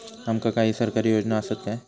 आमका काही सरकारी योजना आसत काय?